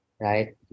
Right